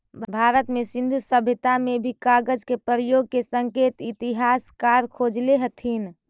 भारत में सिन्धु सभ्यता में भी कागज के प्रयोग के संकेत इतिहासकार खोजले हथिन